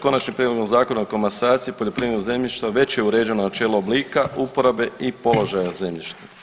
Konačnim prijedlogom Zakona o komasaciji poljoprivrednog zemljišta već je uređeno načelo oblika, uporabe i položaja zemljišta.